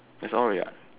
that's all already what